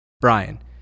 Brian